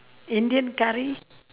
indian curry